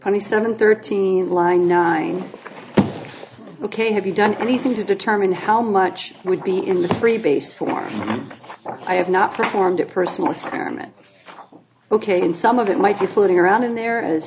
twenty seven thirteen line nine ok have you done anything to determine how much would be in the freebase form i have not performed a personal assignment ok and some of it might be floating around in there as